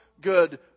good